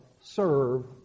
serve